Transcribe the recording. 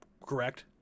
correct